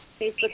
Facebook